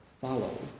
follow